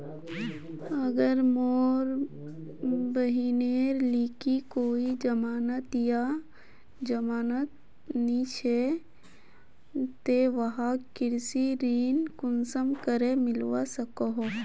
अगर मोर बहिनेर लिकी कोई जमानत या जमानत नि छे ते वाहक कृषि ऋण कुंसम करे मिलवा सको हो?